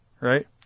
Right